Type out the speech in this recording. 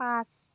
পাঁচ